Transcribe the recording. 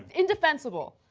indefensible.